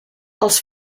els